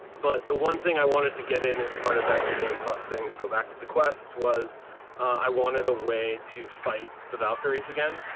but the one thing i wanted to get in is part of that new game thing to go back to the quests was i wanted a way to fight the valkyries again,